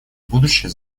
будущее